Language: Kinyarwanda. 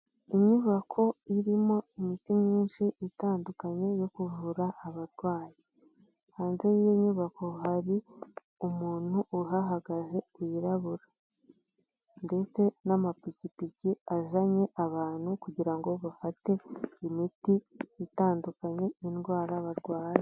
Inyubako irimo imiti myinshi itandukanye yo kuvura abarwayi, hanze y'iyo nyubako hari umuntu uhahagaze wirabura ndetse n'amapikipiki azanye abantu kugira ngo bafate imiti itandukanye y'indwara barwaye.